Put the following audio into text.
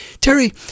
Terry